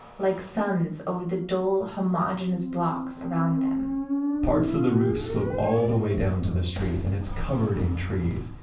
like suns over the dull homogeneous blocks around them parts of the roof slope all the way down to the street, and it's covered in trees.